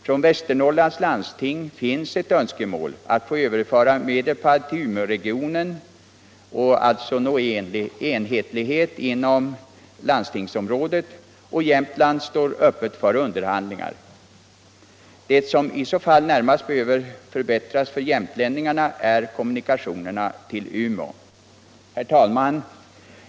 Från Västernorrlands läns landsting finns ett önskemål att få överföra Medelpad till Umeåregionen, varigenom man uppnår enhetlighet med landstingsområdet, medan Jämtland står öppet för underhandlingar. Det som i så fall närmast behöver förbättras för jämtlänningarna är kommunikationerna till Umeå. Herr talman!